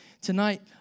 tonight